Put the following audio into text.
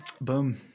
Boom